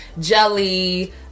jelly